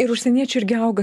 ir užsieneičių irgi auga